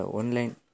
online